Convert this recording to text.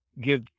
give